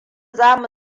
za